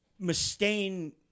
Mustaine